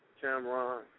Cameron